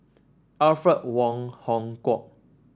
Alfred Wong Hong Kwok